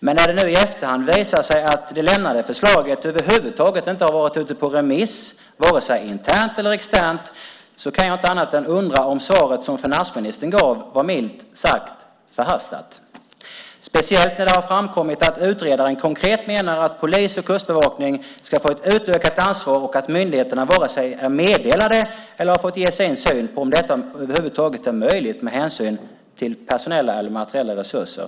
Men när det nu i efterhand visar sig att det lämnade förslaget över huvud taget inte har varit ute på remiss vare sig internt eller externt kan jag inte annat än undra om svaret som finansministern gav var milt sagt förhastat - speciellt när det har framkommit att utredaren konkret menar att polis och kustbevakning ska få ett utökat ansvar och att myndigheterna vare sig är meddelade eller har fått ge sin syn på om detta över huvud taget är möjligt med hänsyn till personella eller materiella resurser.